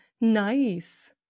Nice